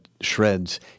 shreds